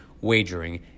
wagering